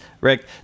Rick